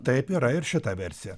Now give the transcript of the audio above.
taip yra ir šita versija